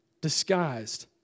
disguised